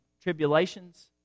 tribulations